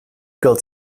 got